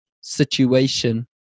situation